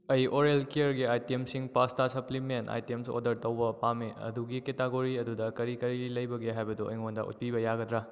ꯑꯩ ꯑꯣꯔꯦꯜ ꯀꯦꯌꯥꯔꯒꯤ ꯑꯥꯏꯇꯦꯝꯁꯤꯡ ꯄꯥꯁꯇꯥ ꯁꯞꯂꯤꯃꯦꯟ ꯑꯥꯏꯇꯦꯝꯁ ꯑꯣꯔꯗꯔ ꯇꯧꯕ ꯄꯥꯝꯃꯤ ꯑꯗꯨꯒꯤ ꯀꯦꯇꯥꯒꯣꯔꯤ ꯑꯗꯨꯗ ꯀꯔꯤ ꯀꯔꯤ ꯂꯩꯕꯒꯦ ꯍꯥꯏꯕꯗꯨ ꯑꯩꯉꯣꯟꯗ ꯎꯠꯄꯤꯕ ꯌꯥꯒꯗ꯭ꯔꯥ